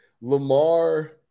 Lamar –